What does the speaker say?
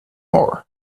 more